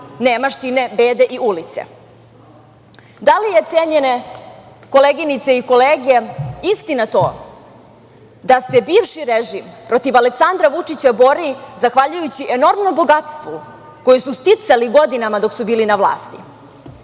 nemaštine, bede i ulice? Da li je, cenjene koleginice i kolege, istina to da se bivši režim protiv Aleksandra Vučića bori zahvaljujući enormnom bogatstvu koje su sticali godinama dok su bili na vlasti?